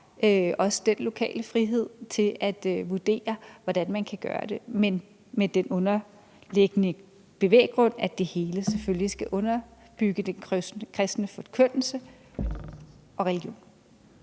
også er den lokale frihed til at vurdere, hvordan man kan gøre det, men med den underliggende bevæggrund, at det hele selvfølgelig skal underbygge den kristne forkyndelse og religion.